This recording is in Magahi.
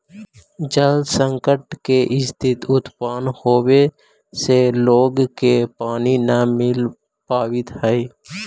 जल संकट के स्थिति उत्पन्न होवे से लोग के पानी न मिल पावित हई